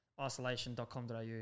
isolation.com.au